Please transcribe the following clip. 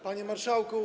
Panie Marszałku!